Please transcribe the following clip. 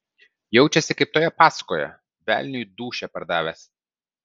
jaučiasi kaip toje pasakoje velniui dūšią pardavęs